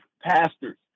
pastors